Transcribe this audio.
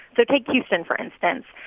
so take houston, for instance.